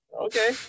okay